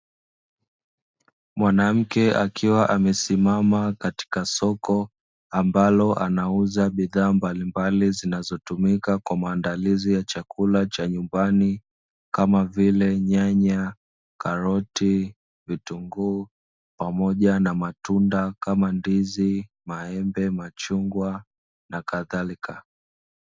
Mwanamke akiwa amesimama katika soko, ambalo anauza bidhaa mbalimbali zinazotumika kwa maandilizi ya chakula cha nyumbani, kama vile: nyanya, karoti, vitunguu, pamoja na matunda kama ndizi, maembe, machungwa na kadhalika.